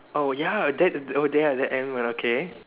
oh ya that oh there other animal okay